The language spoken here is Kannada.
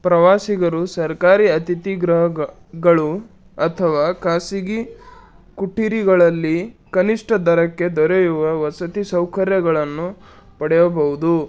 ಪ್ರವಾಸಿಗರು ಸರ್ಕಾರಿ ಅತಿಥಿ ಗೃಹಗಳು ಅಥವಾ ಖಾಸಗಿ ಕುಟೀರಗಳಲ್ಲಿ ಕನಿಷ್ಠ ದರಕ್ಕೆ ದೊರೆಯುವ ವಸತಿ ಸೌಕರ್ಯಗಳನ್ನು ಪಡೆಯಬಹುದು